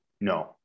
No